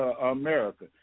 America